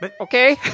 okay